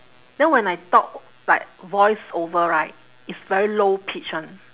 then when I talk like voiceover right it's very low pitch [one]